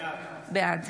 בעד